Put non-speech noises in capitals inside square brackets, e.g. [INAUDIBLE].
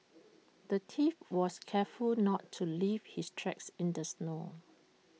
[NOISE] the thief was careful not to leave his tracks in the snow